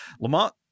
Lamont